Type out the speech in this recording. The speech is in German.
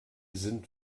sind